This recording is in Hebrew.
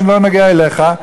שלא נוגע אליך,